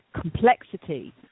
complexity